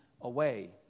away